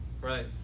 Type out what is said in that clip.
Right